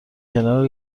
کنار